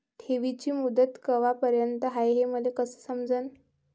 ठेवीची मुदत कवापर्यंत हाय हे मले कस समजन?